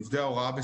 עובדי ההוראה,